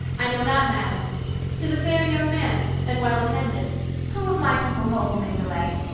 i know not, madam t is a fair young man, and well attended who of my people hold him in delay?